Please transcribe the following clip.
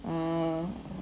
err